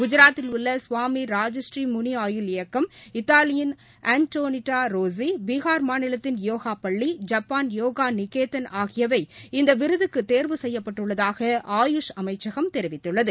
குஜராத்தில் உள்ளசுவாமி ராஜஸீ முனி ஆயுள் இயக்கம் இத்தாலியின் அன்ட்டோனிட்டாரோஸி பீகார் மாநிலத்தின் யோகாபள்ளி ஜப்பானின் யோகாநிகேதன் ஆகியவை இந்தவிருதுக்குதோவு செய்யப்பட்டுள்ளதாக ஆயூஷ் அமைச்சகம் தெரிவித்துள்ளது